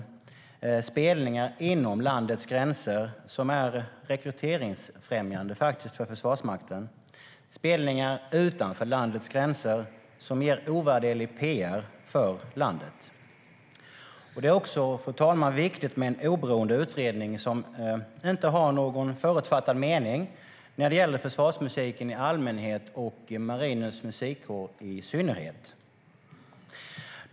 Det gäller spelningar inom landets gränser, vilket faktiskt är rekryteringsfrämjande för Försvarsmakten, och spelningar utanför landets gränser, vilket ger ovärderlig pr för landet. Det är också viktigt, fru talman, med en oberoende utredning som inte har någon förutfattad mening när det gäller försvarsmusiken i allmänhet och Marinens Musikkår i synnerhet.